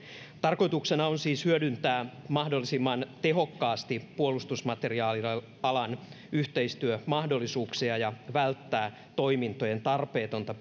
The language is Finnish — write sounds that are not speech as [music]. tarkoituksena on siis hyödyntää mahdollisimman tehokkaasti puolustusmateriaalialan yhteistyömahdollisuuksia ja välttää toimintojen tarpeetonta [unintelligible]